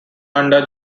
under